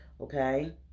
okay